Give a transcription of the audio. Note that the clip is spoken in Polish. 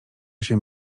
się